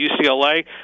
UCLA